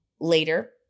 later